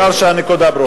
העיקר שהנקודה ברורה.